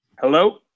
Hello